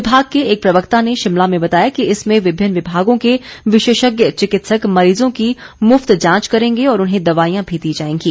विभाग के एक प्रवक्ता ने शिमला में बताया कि इसमें विभिन्न विभागों के विशेषज्ञ चिकित्सक मरीजों की मुफ्त जांच करेंगे और उन्हें दवाईयां भी दी जाएंगी